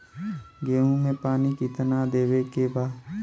गेहूँ मे पानी कितनादेवे के बा?